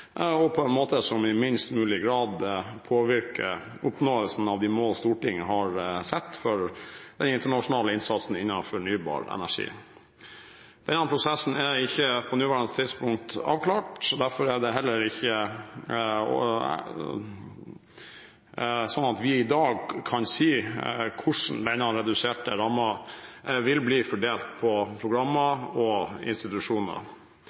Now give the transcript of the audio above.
på en måte som i minst mulig grad påvirker oppnåelsen av de mål Stortinget har satt for den internasjonale innsatsen innenfor fornybar energi. Denne prosessen er ikke på det nåværende tidspunkt avklart. Derfor er det heller ikke slik at vi i dag kan si hvordan denne reduserte rammen vil bli fordelt på programmer og institusjoner.